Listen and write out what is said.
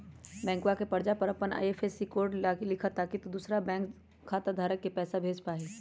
बैंकवा के पर्चा पर अपन आई.एफ.एस.सी कोड लिखा ताकि तु दुसरा बैंक खाता धारक के पैसा भेज पा हीं